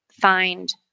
find